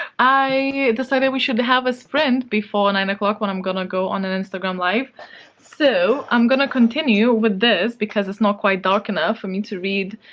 i decided we should have a sprint before nine o'clock when i'm gonna go on an instagram live so, i'm gonna continue with this because it's not quite dark enough for me to read